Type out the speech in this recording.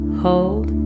hold